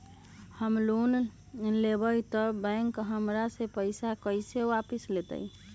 हम लोन लेलेबाई तब बैंक हमरा से पैसा कइसे वापिस लेतई?